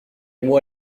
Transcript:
moi